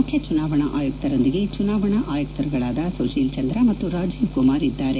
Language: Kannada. ಮುಖ್ನ ಚುನಾವಣಾ ಆಯುಕ್ತರೊಂದಿಗೆ ಚುನಾವಣಾ ಆಯುಕ್ತರುಗಳಾದ ಸುಶೀಲ್ ಚಂದ್ರ ಮತ್ತು ರಾಜೀವ್ ಕುಮಾರ್ ಇದ್ಲಾರೆ